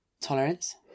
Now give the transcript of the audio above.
Tolerance